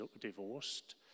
divorced